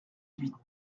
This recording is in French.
huit